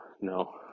No